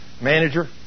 manager